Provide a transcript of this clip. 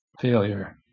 failure